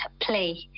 play